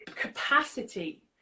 capacity